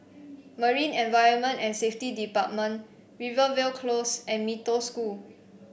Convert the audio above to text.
Marine Environment and Safety Department Rivervale Close and Mee Toh School